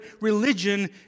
religion